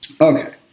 Okay